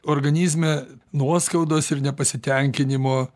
organizme nuoskaudos ir nepasitenkinimo